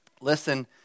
Listen